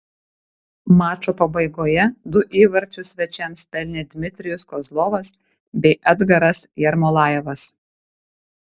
mačo pabaigoje du įvarčius svečiams pelnė dmitrijus kozlovas bei edgaras jermolajevas